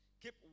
keep